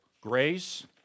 grace